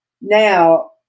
Now